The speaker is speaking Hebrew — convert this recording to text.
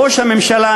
ראש הממשלה,